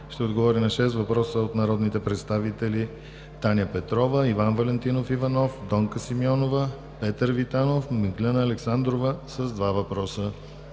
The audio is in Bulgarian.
ще отговори на 6 въпроса от народните представители Таня Петрова; Иван Валентинов Иванов; Донка Симеонова; Петър Витанов; и Миглена Александрова (2 въпроса).